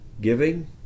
giving